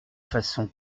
façon